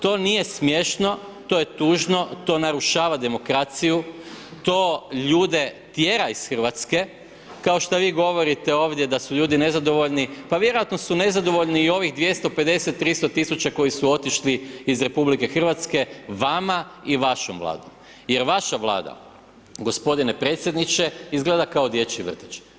To nije smiješno, to je tužno, to narušava demokraciju, to ljude tjera iz Hrvatske kao šta vi govorite ovdje da su ljudi nezadovoljni, pa vjerojatno su nezadovoljni i ovih 250, 300 000 koji su otišli iz RH-a, vama i vašom Vladom jer vaša Vlada g. predsjedniče, izgleda kao dječji vrtić.